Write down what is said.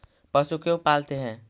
पशु क्यों पालते हैं?